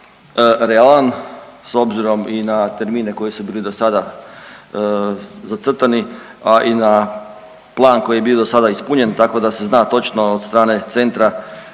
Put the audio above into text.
realan, s obzirom i na termine koji su bili do sada zacrtani, a i na plan koji je bio do sada ispunjen, tako da se zna točno od strane centra